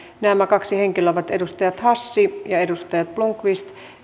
nämä kaksi henkilöä ovat edustaja hassi ja edustaja blomqvist